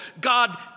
God